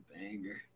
banger